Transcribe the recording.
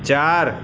চার